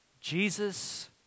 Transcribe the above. Jesus